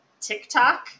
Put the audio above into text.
TikTok